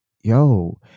yo